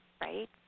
right